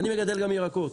אני מגדל גם ירקות,